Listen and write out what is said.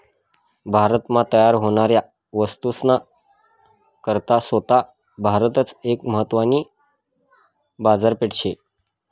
भारत मा तयार व्हनाऱ्या वस्तूस ना करता सोता भारतच एक महत्वानी बाजारपेठ शे